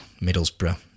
Middlesbrough